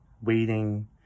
waiting